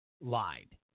lied